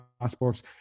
passports